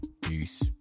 Peace